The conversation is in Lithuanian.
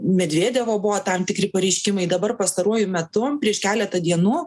medvedevo buvo tam tikri pareiškimai dabar pastaruoju metu prieš keletą dienų